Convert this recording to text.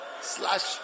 slash